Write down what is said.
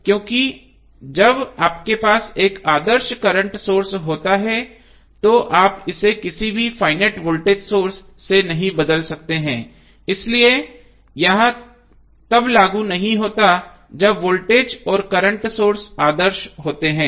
क्योंकि जब आपके पास एक आदर्श करंट सोर्स होता है तो आप इसे किसी भी फाइनेट वोल्टेज सोर्स से बदल नहीं सकते हैं इसलिए यह तब लागू नहीं होता है जब वोल्टेज और करंट सोर्स आदर्श होते हैं